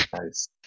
Nice